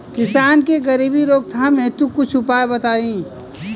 किसान के गरीबी रोकथाम हेतु कुछ उपाय बताई?